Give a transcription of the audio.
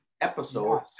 episode